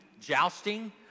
jousting